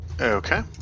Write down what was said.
Okay